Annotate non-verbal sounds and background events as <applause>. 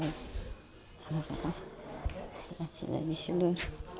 <unintelligible> চিলাই চিলাই দিছিলোঁ আৰু <unintelligible>